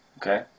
Okay